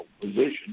position